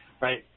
right